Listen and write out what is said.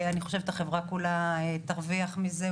אני חושבת שהחברה כולה תרוויח מזה,